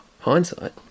hindsight